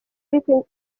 ariko